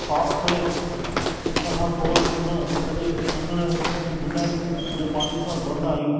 साफ़ु करे हिन खां पोइ हुन सॼे अङणनि खे फिनायल जे पाणीअ सां धोअंदा आहियूं